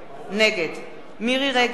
נגד מירי רגב,